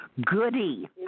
Goody